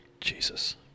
Jesus